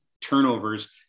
turnovers